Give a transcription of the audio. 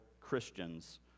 Christians